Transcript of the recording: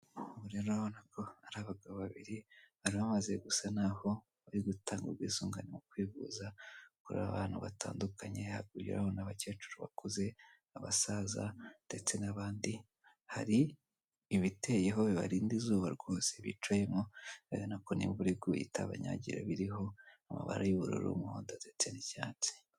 Aha rero urabona hari abagabo babiri bari bamaze gusa naho biruta ubwisungane mu kwivuza kuko arabantu batandukanye; abakecuru bakuze, abasaza ndetse n'abandi, hari ibiteyeho bibarinda izuba rwose bicayemo urabona ko n'imvura iguye itabanyagira, biriho amabara y'ubururu, umuhondo ndetse n'icyatsi.